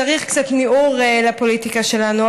צריך קצת ניעור לפוליטיקה שלנו.